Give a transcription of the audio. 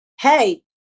hey